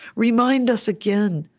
remind us again,